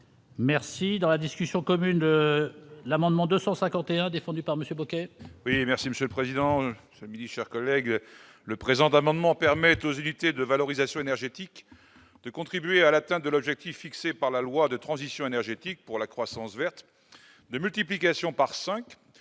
Merci dans la discussion commune : l'amendement 251 défendue par monsieur Bocquet. Oui, merci Monsieur le Président, milite, chers collègues, le présent amendement permet aux unité de valorisation énergétique de contribuer à l'atteinte de l'objectif fixé par la loi de transition énergétique pour la croissance verte de multiplication par 5